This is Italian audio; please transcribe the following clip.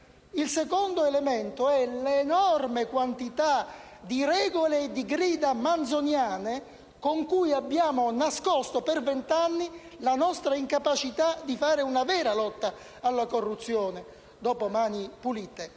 Il secondo elemento è l'enorme quantità di regole e di gride manzoniane con cui abbiamo nascosto per vent'anni la nostra incapacità di condurre una vera lotta alla corruzione dopo Mani pulite.